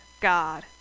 God